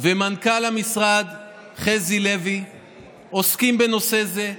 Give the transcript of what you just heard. ומנכ"ל המשרד חזי לוי עוסקים בנושא זה,